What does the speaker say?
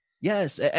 Yes